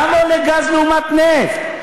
כמה עולה גז לעומת נפט?